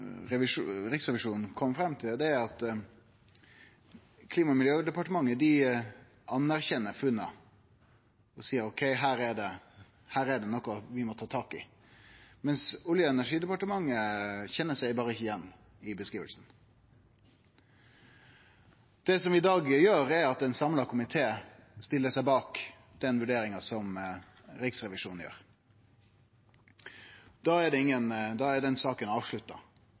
til Riksrevisjonen, er at Klima- og miljødepartementet anerkjenner funna og seier ok, her er det noko vi må ta tak i, mens Olje- og energidepartementet ikkje kjenner seg igjen i beskrivinga. I dag stiller ein samla komité seg bak den vurderinga som Riksrevisjonen gjer. Da er den saka avslutta.